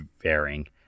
varying